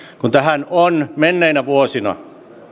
kun tähän on jo menneinä vuosina